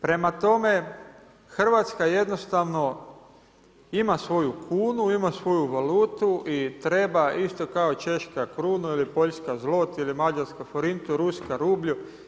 Prema tome, Hrvatska jednostavno ima svoju kunu, ima svoju valutu i treba isto kao Češka krunu ili Poljska zlot ili Mađarska forintu, Ruska rublju.